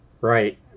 Right